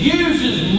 uses